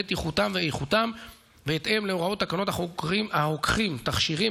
בטיחותם ואיכותם בהתאם להוראות תקנות הרוקחים (תכשירים),